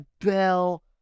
bell